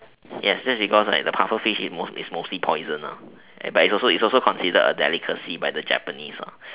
yes that's because like the pufferfish is mostly a poison lah but it is considered a delicacy to the japanese